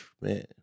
man